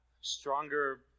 stronger